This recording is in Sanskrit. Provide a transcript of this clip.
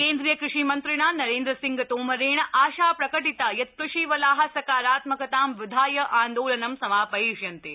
केन्द्रीय कृषि मन्त्रिणा नरेन्द्र सिंह तोमरेण आशा प्रकटिता यत् कृषिवला सकारात्मकतां विधाय आन्दोलनं समा यिष्यन्ते